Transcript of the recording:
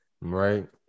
Right